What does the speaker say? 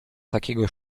takiego